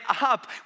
up